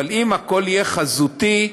אבל אם הכול יהיה בתיעוד חזותי,